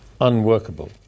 unworkable